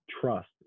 trust